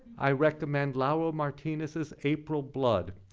i recommend lauro martines's april blood,